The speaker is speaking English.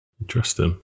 Interesting